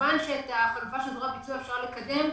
כמובן שאת החלופה של זרוע ביצוע אפשר לקדם.